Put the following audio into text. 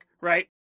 right